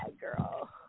girl